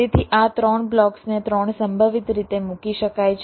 તેથી આ 3 બ્લોક્સને 3 સંભવિત રીતે મૂકી શકાય છે